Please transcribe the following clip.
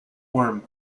worm